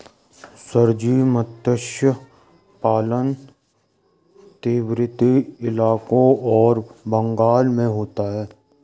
sir ji मत्स्य पालन तटवर्ती इलाकों और बंगाल में होता है